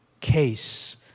case